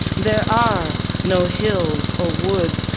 there are no hills or woods,